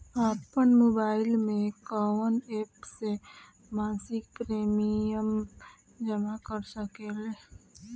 आपनमोबाइल में कवन एप से मासिक प्रिमियम जमा कर सकिले?